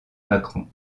macron